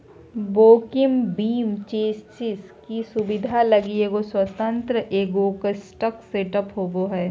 walking beam chassis की सुबिधा लगी एगो स्वतन्त्र एगोक्स्ल सेटअप होबो हइ